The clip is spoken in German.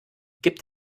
gibt